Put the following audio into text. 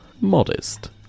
modest